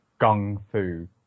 gung-fu